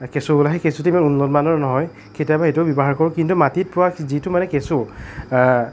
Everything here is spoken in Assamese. কেঁচু ওলায় সেই কেঁচুটো ইমান উন্নত মানৰ নহয় কেতিয়াবা সেইটোও ব্যৱহাৰ কৰোঁ কিন্তু মাটিত পোৱা যিটো মানে কেঁচু